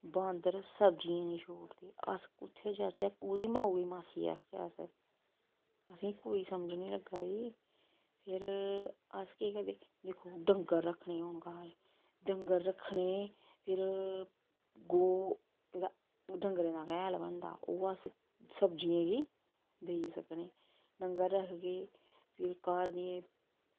बांदर सब्ज़ियां निं छोड़दे अस कुत्थै जाचै कोह्दी माऊ गी मासी आखचै अस असेंगी कोई समझ निं लग्गा दी फिर अस केह् करदे दिक्खो डंगर रक्खने होन्ने घर डंगर रक्खने फिर गौ एह्दा डंगरें दा गै हैल बनदा ओह् अस सब्ज़ियें गी देई सकने डंगर रक्खगे फिर घर दियें